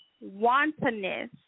wantonness